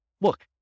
look